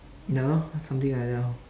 ya lor something like that lor